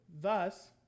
Thus